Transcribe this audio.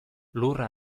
lurra